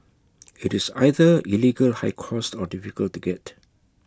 IT is either illegal high cost or difficult to get